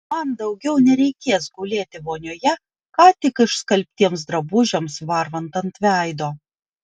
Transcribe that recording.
man daugiau nereikės gulėti vonioje ką tik išskalbtiems drabužiams varvant ant veido